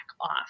off